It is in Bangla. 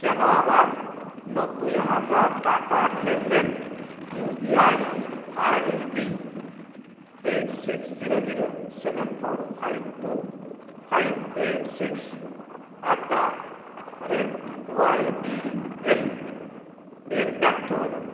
কেন আমার নব্বই হাজার টাকার লেনদেন UPI ID eight six zero zero seven four five two five eight six at the rate Y B L এর ব্যর্থ হলো